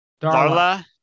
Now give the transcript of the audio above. Darla